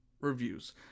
reviews